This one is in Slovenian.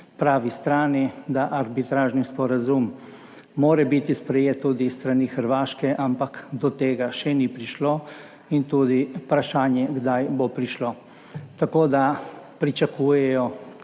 pravi strani, da Arbitražni sporazum mora biti sprejet tudi s strani Hrvaške, ampak do tega še ni prišlo in tudi vprašanje, kdaj bo prišlo. Tako da pričakujejo